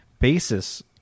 basis